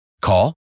Call